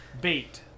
Bait